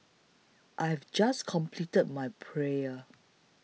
I have just completed my prayer